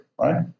right